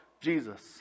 Jesus